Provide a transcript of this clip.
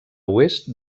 oest